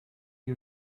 you